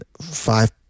five